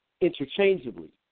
interchangeably